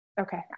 okay